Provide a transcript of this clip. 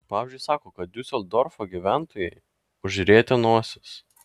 pavyzdžiui sako kad diuseldorfo gyventojai užrietę nosis